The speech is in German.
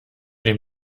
den